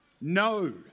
no